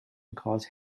cause